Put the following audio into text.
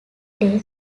day